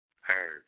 heard